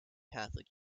catholic